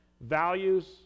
Values